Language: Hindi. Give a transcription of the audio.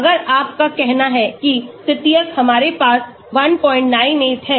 अगर आपका कहना है कि तृतीयक हमारे पास 198 है